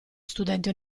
studente